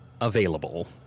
available